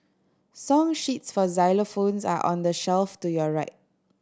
song sheets for xylophones are on the shelf to your right